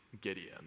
Gideon